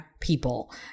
People